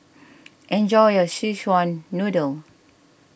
enjoy your Szechuan Noodle